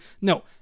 No